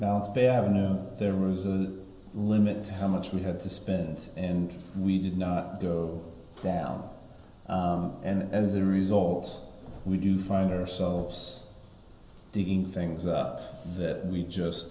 have no there was a limit to how much we had to spend and we didn't go down and as a result we do find ourselves digging things up that we just